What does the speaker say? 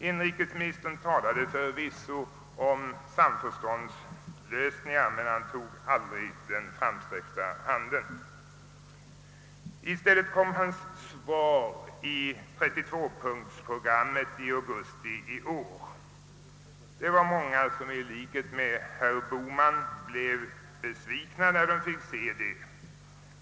Inrikesministern talade förvisso om samförståndslösningar, men han tog aldrig den framsträckta handen. I stället kom hans svar i 32-punktsprogrammet i augusti i år. Det var många som i likhet med herr Bohman blev besvikna när de fick se det.